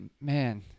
man